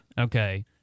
Okay